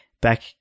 back